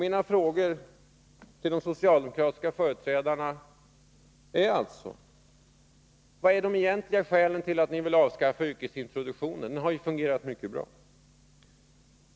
Mina frågor till de socialdemokratiska företrädarna är alltså: Vilka är de egentliga skälen till att ni vill avskaffa yrkesintroduktionen? Den har ju fungerat mycket bra.